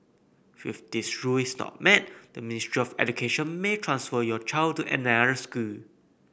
if this rule is not met the Ministry of Education may transfer your child to another school